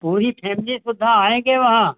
पूरी फैमिली से सीधा आएंगे वहाँ